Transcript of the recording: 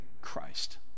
Christ